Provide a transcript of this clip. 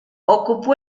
ocupó